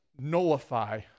nullify